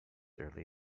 early